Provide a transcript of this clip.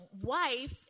wife